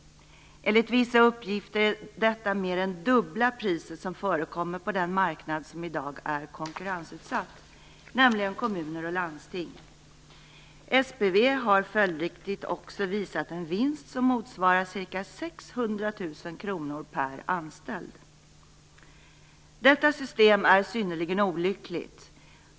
Enligt vissa uppgifter är detta mer än dubbla priset som förekommer på den marknad som i dag är konkurrensutsatt, nämligen kommuner och landsting. SPV har följdriktigt också visat en vinst som motsvarar ca 600 000 kr per anställd. Detta system är synnerligen olyckligt.